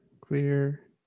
Clear